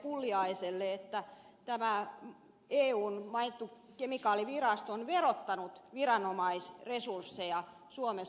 pulliaiselle että tämä eun mainittu kemikaalivirasto on verottanut viranomaisresursseja suomessa